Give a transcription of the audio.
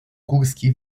górski